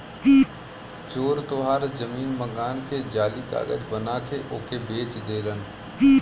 चोर तोहार जमीन मकान के जाली कागज बना के ओके बेच देलन